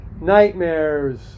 nightmares